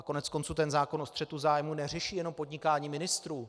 Koneckonců zákon o střetu zájmů neřeší jenom podnikání ministrů.